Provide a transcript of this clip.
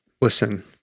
listen